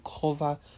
cover